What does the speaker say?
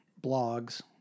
blogs